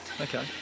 Okay